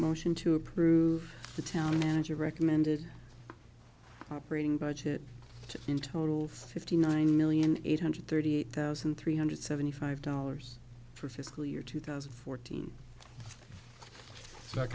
motion to approve the town and you recommended operating budget in total fifty nine million eight hundred thirty eight thousand three hundred seventy five dollars for fiscal year two thousand and fourteen